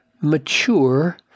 mature